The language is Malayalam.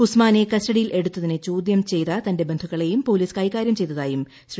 ഉസ്മാനെ കസ്റ്റഡിയിൽ എടുത്തതിനെ ചോദ്യം ചെയ്ത തന്റെ ബിഡുക്കളേയും പോലീസ് കൈകാര്യം ചെയ്തതായും ശ്രീ